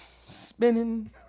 spinning